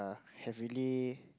have really